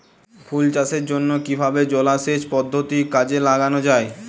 ফুল চাষের জন্য কিভাবে জলাসেচ পদ্ধতি কাজে লাগানো যাই?